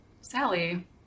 Sally